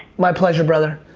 my pleasure, brother.